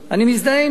אני מזדהה עם זה.